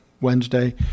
Wednesday